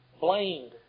blamed